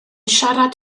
siarad